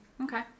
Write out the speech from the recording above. Okay